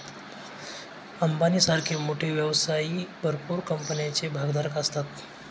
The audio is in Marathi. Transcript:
अंबानी सारखे मोठे व्यवसायी भरपूर कंपन्यांचे भागधारक असतात